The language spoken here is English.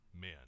men